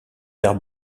terre